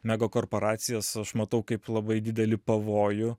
mega korporacijas aš matau kaip labai didelį pavojų